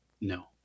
No